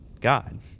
God